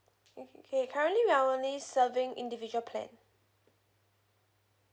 okay K currently we're only serving individual plan